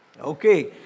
Okay